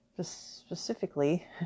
Specifically